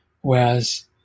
Whereas